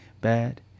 bad